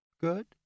Good